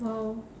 !wow!